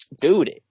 dude